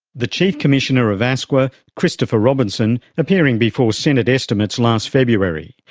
the chief commissioner of asqa, christopher robinson, appearing before senate estimates last february.